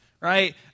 right